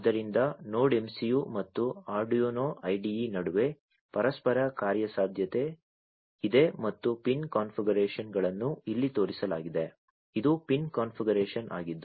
ಆದ್ದರಿಂದ node MCU ಮತ್ತು Arduino IDE ನಡುವೆ ಪರಸ್ಪರ ಕಾರ್ಯಸಾಧ್ಯತೆ ಇದೆ ಮತ್ತು ಪಿನ್ ಕಾನ್ಫಿಗರೇಶನ್ಗಳನ್ನು ಇಲ್ಲಿ ತೋರಿಸಲಾಗಿದೆ ಇದು ಪಿನ್ ಕಾನ್ಫಿಗರೇಶನ್ ಆಗಿದೆ